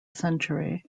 century